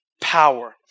power